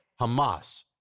hamas